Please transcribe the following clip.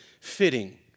fitting